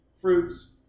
Fruits